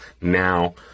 now